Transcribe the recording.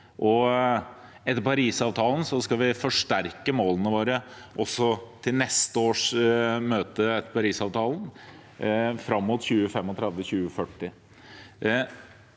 etter Parisavtalen skal vi forsterke målene våre også til neste års møte om Parisavtalen fram mot 2035–2040.